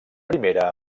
primera